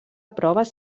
proves